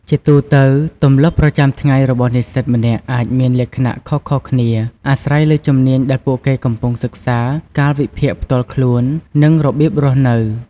ជាទូទៅ ទម្លាប់ប្រចាំថ្ងៃរបស់និស្សិតម្នាក់អាចមានលក្ខណៈខុសៗគ្នាអាស្រ័យលើជំនាញដែលពួកគេកំពុងសិក្សា កាលវិភាគផ្ទាល់ខ្លួន និងរបៀបរស់នៅ។